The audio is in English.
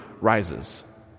rises